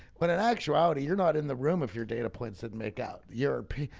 but it actuality you're not in the room. if your data plants didn't make out european,